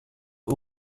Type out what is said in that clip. det